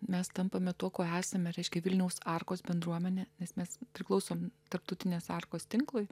mes tampame tuo kuo esame reiškė vilniaus arkos bendruomenė nes mes priklausome tarptautinės arkos tinklui